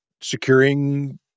securing